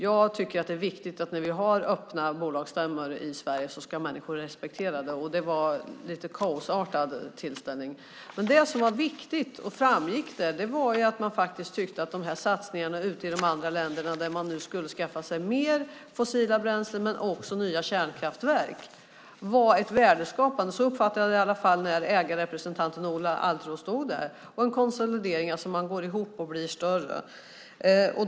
När vi har öppna bolagsstämmor i Sverige är det viktigt att människor respekterar det. Det var en lite kaosartad tillställning. Det som var viktigt och som framgick där var att man tyckte att satsningarna ute i de andra länderna, där man nu skulle skaffa sig mer fossila bränslen, men också nya kärnkraftverk, var ett värdeskapande och en konsolidering - man går ihop och blir större. Så uppfattade jag det i alla fall när ägarrepresentanten Ola Alterå stod där.